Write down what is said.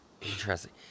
Interesting